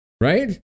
right